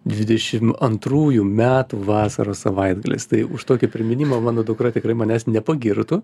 dvidešim antrųjų metų vasaros savaitgalis tai už tokį priminimą mano dukra tikrai manęs nepagirtų